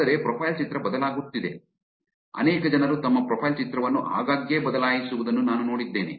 ಆದರೆ ಪ್ರೊಫೈಲ್ ಚಿತ್ರ ಬದಲಾಗುತ್ತಿದೆ ಅನೇಕ ಜನರು ತಮ್ಮ ಪ್ರೊಫೈಲ್ ಚಿತ್ರವನ್ನು ಆಗಾಗ್ಗೆ ಬದಲಾಯಿಸುವುದನ್ನು ನಾನು ನೋಡಿದ್ದೇನೆ